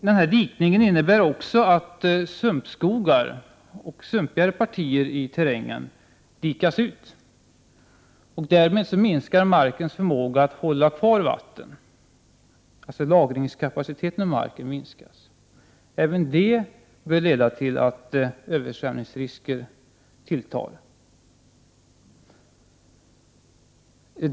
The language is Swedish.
Den medför också att sumpskogar och sumpigare partier i terrängen dikas ut. Därmed minskar markens förmåga att hålla kvar vatten, dvs. lagringskapaciteten i marken minskar. Även det börleda till att översvämningsrisken tilltar.